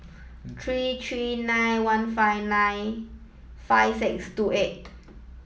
three three nine one five nine five six two eight